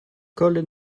kollet